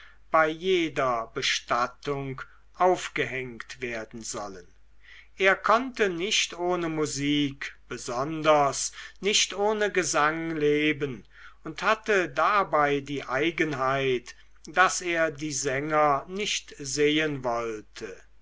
bei jeder bestattung aufgehängt werden sollen er konnte nicht ohne musik besonders nicht ohne gesang leben und hatte dabei die eigenheit daß er die sänger nicht sehen wollte